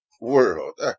world